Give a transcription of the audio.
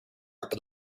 part